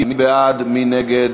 מי בעד, מי נגד,